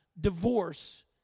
divorce